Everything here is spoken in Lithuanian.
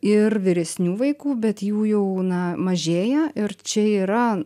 ir vyresnių vaikų bet jų jau na mažėja ir čia yra